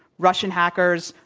russia and hackers,